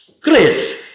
great